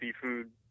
seafood